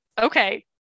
Okay